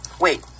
Wait